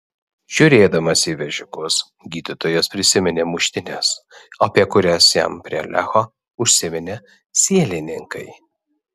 žiūrėdamas į vežikus gydytojas prisiminė muštynes apie kurias jam prie lecho užsiminė sielininkai